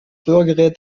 rührgerät